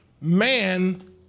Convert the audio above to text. Man